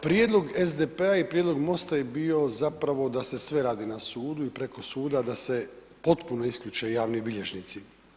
Prijedlog SDP-a i prijedlog Mosta je bio zapravo da se sve radi na sudu i preko suda, da se potpuno isključe javni bilježnici.